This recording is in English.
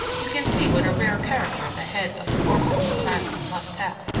you can see what a rare character the head of an orphan asylum must have.